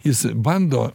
jis bando